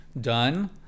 done